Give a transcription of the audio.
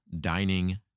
dining